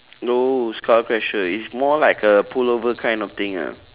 no skull crusher is more like a pull over kind of thing ah